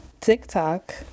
TikTok